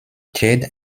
jed